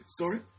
Sorry